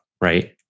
right